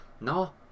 no